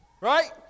Right